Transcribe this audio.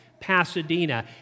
Pasadena